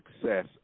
success